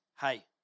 Hey